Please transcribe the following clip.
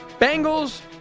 Bengals